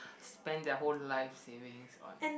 spend their whole life savings on